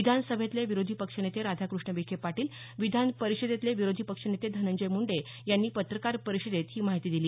विधान सभेतले विरोधी पक्षनेते राधाकृष्ण विखेपाटील विधान परिषदेतले विरोधी पक्षनेते धनंजय मुंडे यांनी पत्रकार परिषदेत ही माहिती दिली